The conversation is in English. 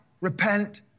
repent